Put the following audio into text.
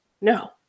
no